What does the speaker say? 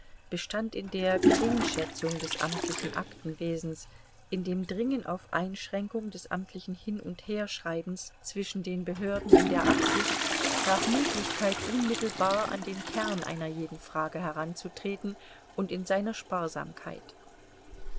bestand in der geringschätzung des amtlichen aktenwesens in dem dringen auf einschränkung des amtlichen hin und herschreibens zwischen den behörden in der absicht nach möglichkeit unmittelbar an den kern einer jeden frage heranzutreten und in seiner sparsamkeit